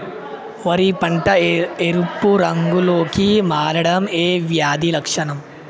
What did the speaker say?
వరి పంట ఎరుపు రంగు లో కి మారడం ఏ వ్యాధి లక్షణం?